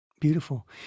Beautiful